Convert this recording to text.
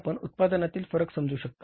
तर आपण उत्पादनातील फरक समजू शकता